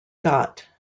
got